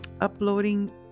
uploading